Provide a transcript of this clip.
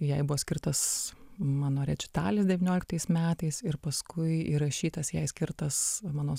jai buvo skirtas mano rečitalis devynioliktais metais ir paskui įrašytas jai skirtas mano